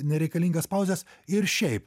nereikalingas pauzes ir šiaip